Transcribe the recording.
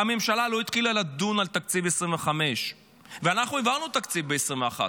והממשלה לא התחילה לדון על תקציב 2025. ואנחנו העברנו תקציב ב-2021,